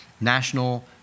national